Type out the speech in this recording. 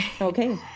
Okay